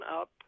up